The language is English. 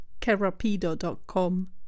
kerapido.com